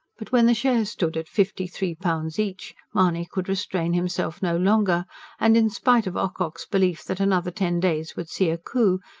but when the shares stood at fifty-three pounds each, mahony could restrain himself no longer and, in spite of ocock's belief that another ten days would see a coup,